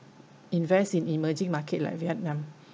invest in emerging market like vietnam